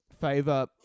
favor